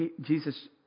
jesus